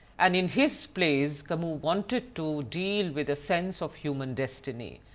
and in his plays camus wanted to deal with the sense of human destiny.